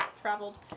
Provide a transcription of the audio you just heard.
traveled